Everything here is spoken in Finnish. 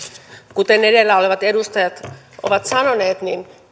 kuten edellä olevat edustajat ovat sanoneet